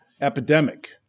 epidemic